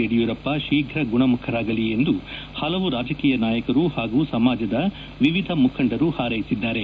ಯಡಿಯೂರಪ್ಪ ಶೀಘ ಗುಣಮುಖರಾಗಲಿ ಎಂದು ಹಲವು ರಾಜಕೀಯ ನಾಯಕರು ಹಾಗೂ ಸಮಾಜದ ವಿವಿಧ ಮುಖಂಡರು ಹಾರ್ೈಸಿದ್ದಾರೆ